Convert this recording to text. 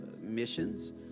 missions